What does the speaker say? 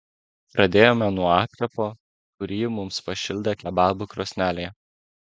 pradėjome nuo apkepo kurį mums pašildė kebabų krosnelėje